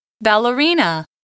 Ballerina